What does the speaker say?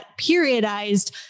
periodized